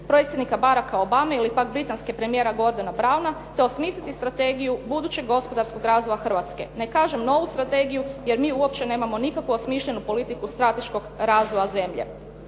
predsjednika Baracka Obame ili pak britanskog premijera Gordona Browna te osmisliti strategiju budućeg gospodarskog razvoja Hrvatske. Ne kažem novu strategiju jer mi uopće nemamo nikakvu osmišljenu politiku strateškog razvoja zemlje.